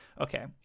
Okay